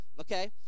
okay